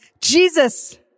Jesus